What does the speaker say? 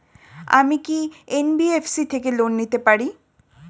আমি কি এন.বি.এফ.সি থেকে লোন নিতে পারি?